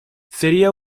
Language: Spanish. sería